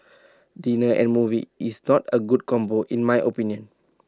dinner and movie is not A good combo in my opinion